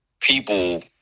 people